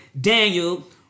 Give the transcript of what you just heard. Daniel